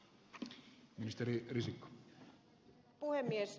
arvoisa herra puhemies